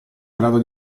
grado